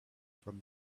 from